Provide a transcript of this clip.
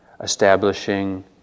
establishing